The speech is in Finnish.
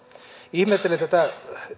ihmettelen tätä